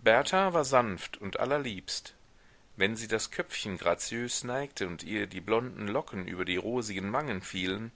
berta war sanft und allerliebst wenn sie das köpfchen graziös neigte und ihr die blonden locken über die rosigen wangen fielen